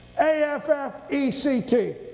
A-F-F-E-C-T